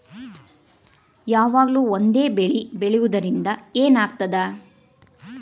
ಯಾವಾಗ್ಲೂ ಒಂದೇ ಬೆಳಿ ಬೆಳೆಯುವುದರಿಂದ ಏನ್ ಆಗ್ತದ?